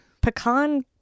pecan